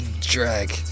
drag